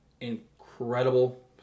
Incredible